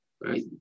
Right